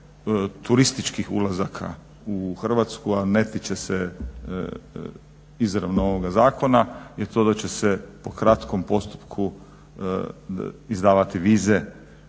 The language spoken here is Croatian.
turističkih ulazaka u Hrvatsku, a ne tiče se izravno ovoga zakona je to da će se po kratkom postupku izdavati vize